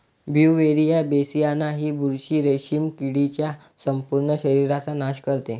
Beauveria बेसियाना ही बुरशी रेशीम किडीच्या संपूर्ण शरीराचा नाश करते